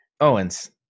Owens